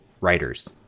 writers